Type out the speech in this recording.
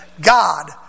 God